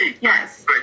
Yes